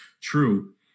true